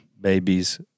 babies